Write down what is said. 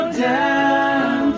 down